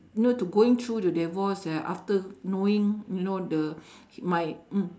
you know to going through the divorce ah after knowing you know the my